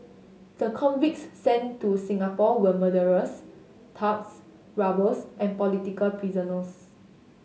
the convicts sent to Singapore were murderers thugs robbers and political prisoners